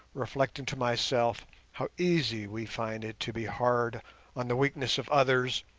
reflecting to myself how easy we find it to be hard on the weaknesses of others,